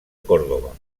córdoba